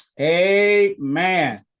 amen